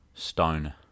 Stone